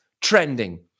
trending